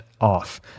off